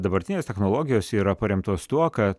dabartinės technologijos yra paremtos tuo kad